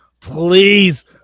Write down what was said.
Please